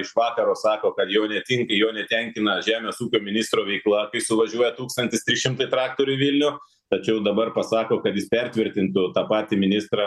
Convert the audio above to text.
iš vakaro sako kad jau netinka jo netenkina žemės ūkio ministro veikla kai suvažiuoja tūkstantis trys šimtai traktorių į vilnių tačiau dabar pasako kad jis pertvirtintų tą patį ministrą